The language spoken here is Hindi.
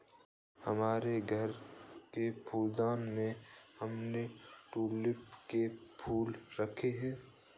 हमारे घर के फूलदान में हमने ट्यूलिप के फूल रखे हैं